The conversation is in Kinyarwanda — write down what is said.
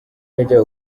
yajyaga